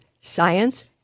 science